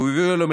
וזה הוביל למחאה